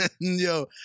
Yo